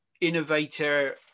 innovator